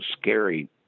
scary